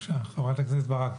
חברת הכנסת קרן ברק.